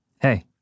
Hey